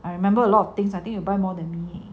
I remember a lot of things I think you buy more than me